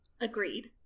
agreed